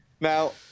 now